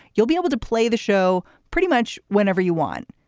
you'll be able to play the show pretty much whenever you want.